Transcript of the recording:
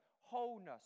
wholeness